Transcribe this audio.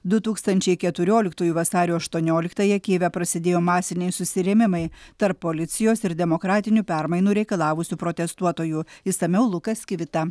du tūkstančiai keturioliktųjų vasario aštuonioliktąją kijeve prasidėjo masiniai susirėmimai tarp policijos ir demokratinių permainų reikalavusių protestuotojų išsamiau lukas kivita